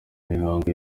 mihango